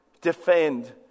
defend